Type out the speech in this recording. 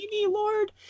Lord